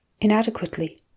inadequately